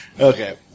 Okay